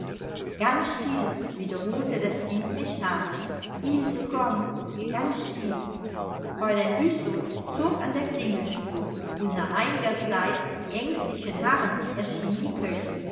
ganz still wiederholte das kind mechanisch ilse komm ganz still fräulein güssow zog an der klingelschnur und nach einiger zeit ängstlichen harrens erschien die köchin